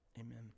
amen